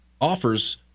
offers